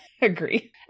agree